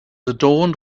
adorned